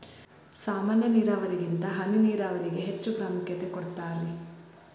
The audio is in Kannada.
ಸಾಮಾನ್ಯ ನೇರಾವರಿಗಿಂತ ಹನಿ ನೇರಾವರಿಗೆ ಹೆಚ್ಚ ಪ್ರಾಮುಖ್ಯತೆ ಕೊಡ್ತಾರಿ